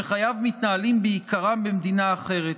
שחייו מתנהלים בעיקרם במדינה אחרת,